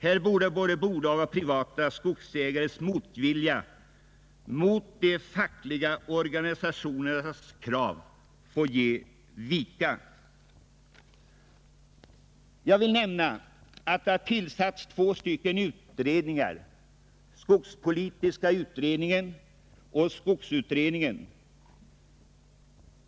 Här borde både bolagsoch privata skogsägares motvilja mot de fackliga organisationernas krav få ge vika. Jag vill nämna att två utredningar har tillsats som skall syssla med hithörande frågor, nämligen skogspolitiska utredningen och skogsutredningen.